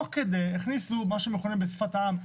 תוך כדי הכניסו מה שמוכנה בשפת העם,